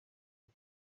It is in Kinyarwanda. uru